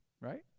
right